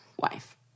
wife